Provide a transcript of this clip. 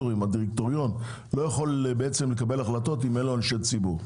שהדירקטוריון לא יכול בעצם לקבל החלטות אם אין לו אנשי ציבור.